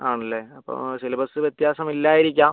ആണല്ലേ അപ്പം സിലബസ് വ്യത്യാസം ഇല്ലായിരിക്കാം